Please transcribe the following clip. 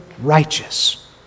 righteous